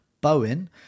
Bowen